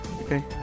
okay